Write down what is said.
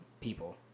people